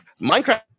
minecraft